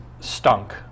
stunk